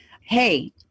hey